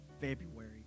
February